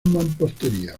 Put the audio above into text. mampostería